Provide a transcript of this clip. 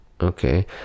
okay